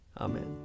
Amen